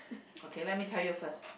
okay let me tell you first